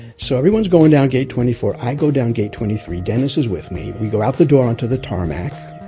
so everyone's going down gate twenty four, i go down gate twenty three, dennis is with me, we go out the door onto the tarmac.